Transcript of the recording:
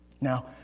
Now